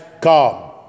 come